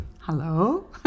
Hello